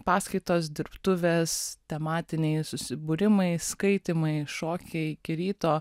paskaitos dirbtuvės tematiniai susibūrimai skaitymai šokiai iki ryto